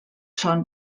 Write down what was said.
són